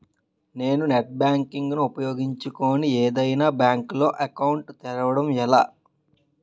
నేను net banking ను ఉపయోగించుకుని ఏదైనా బ్యాంక్ లో అకౌంట్ తెరవడం ఎలా?